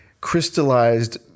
crystallized